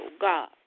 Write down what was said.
God